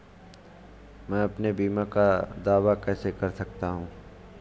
मैं अपने बीमा का दावा कैसे कर सकता हूँ?